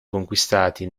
conquistati